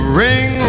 ring